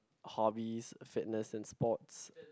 hobbies fitness and sports